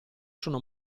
sono